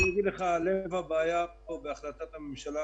לב הבעיה פה בהחלטת הממשלה,